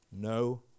No